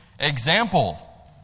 example